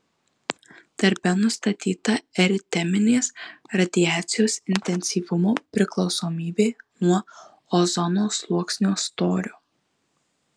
darbe nustatyta eriteminės radiacijos intensyvumo priklausomybė nuo ozono sluoksnio storio